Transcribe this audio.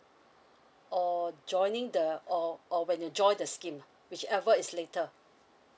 or joining the or or when you joined the scheme which ever is later